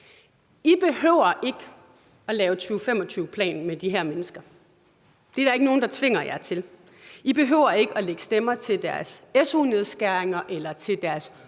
I behøver ikke at lave 2025-plan med de her mennesker. Det er der ikke nogen der tvinger jer til. I behøver ikke at lægge stemmer til deres SU-nedskæringer eller til deres